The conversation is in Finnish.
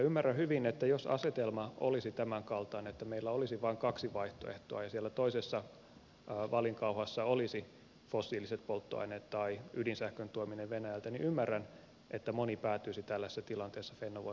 ymmärrän hyvin että jos asetelma olisi tämänkaltainen että meillä olisi vain kaksi vaihtoehtoa ja siellä toisessa valinkauhassa olisivat fossiiliset polttoaineet tai ydinsähkön tuominen venäjältä moni päätyisi tällaisessa tilanteessa fennovoiman kannalle